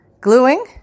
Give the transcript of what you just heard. gluing